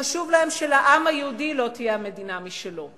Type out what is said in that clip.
חשוב להם שלעם היהודי לא תהיה מדינה משלו,